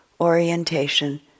orientation